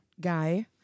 guy